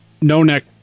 no-neck